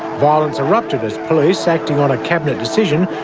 violence erupted as police, acting on a cabinet decision,